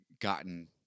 gotten